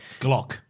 Glock